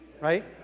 right